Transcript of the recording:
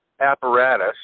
apparatus